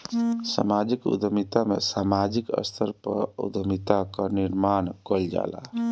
समाजिक उद्यमिता में सामाजिक स्तर पअ उद्यमिता कअ निर्माण कईल जाला